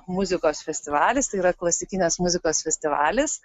muzikos festivalis tai yra klasikinės muzikos festivalis